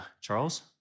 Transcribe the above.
Charles